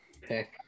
pick